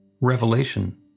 revelation